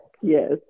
yes